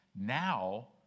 Now